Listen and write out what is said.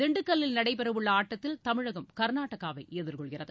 திண்டுக்கல்லில் நடைபெறவுள்ள ஆட்டத்தில் தமிழகம் கர்நாடகாவை எதிர்கொள்கிறது